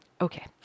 Okay